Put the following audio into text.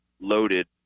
loaded